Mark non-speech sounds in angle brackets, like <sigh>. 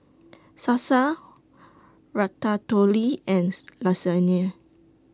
Salsa Ratatouille and <noise> Lasagne